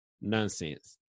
nonsense